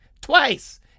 twice